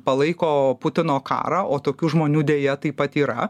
palaiko putino karą o tokių žmonių deja taip pat yra